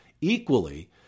equally